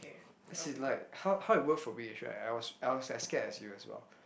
as in like how how it work for me is right I was I was as scared as you as well